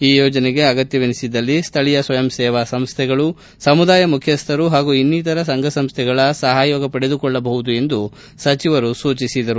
ಈ ಯೋಜನೆಗೆ ಅಗತ್ಯ ವೆನಿಸಿದಲ್ಲಿ ಸ್ಥಳೀಯ ಸ್ವಯಂ ಸೇವಾ ಸಂಸೈಗಳು ಸಮುದಾಯ ಮುಖ್ಯಸ್ಥರು ಹಾಗೂ ಇನ್ನಿತರ ಸಂಘ ಸಂಸೈಗಳ ಸಹಯೋಗ ಪಡೆದುಕೊಳ್ಳಬಹುದೆಂದು ಸಚಿವರು ತಿಳಿಸಿದರು